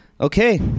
Okay